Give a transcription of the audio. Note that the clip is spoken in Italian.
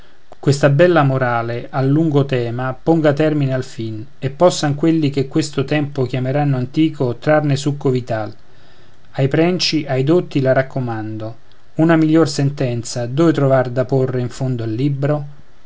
questa bella morale al lungo tema ponga termine alfin e possan quelli che questo tempo chiameranno antico trarne succo vital ai prenci ai dotti la raccomando una miglior sentenza dove trovar da porre in fondo al libro